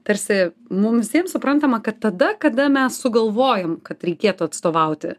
tarsi mum visiems suprantama kad tada kada mes sugalvojom kad reikėtų atstovauti